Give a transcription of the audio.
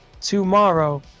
tomorrow